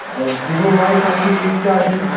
Vivo Y thirty সিক্সটা আছে